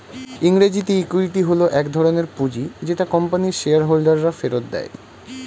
ইংরেজিতে ইক্যুইটি হল এক ধরণের পুঁজি যেটা কোম্পানির শেয়ার হোল্ডাররা ফেরত দেয়